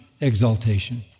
exaltation